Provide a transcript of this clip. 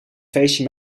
feestje